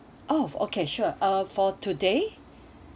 oh okay sure uh for today